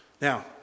Now